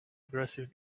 aggressive